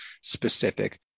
specific